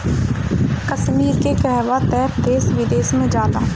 कश्मीर के कहवा तअ देश विदेश में जाला